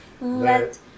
Let